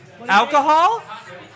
Alcohol